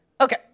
Okay